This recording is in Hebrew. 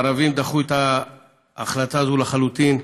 הערבים דחו את ההחלטה הזאת לחלוטין,